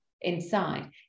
inside